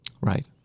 Right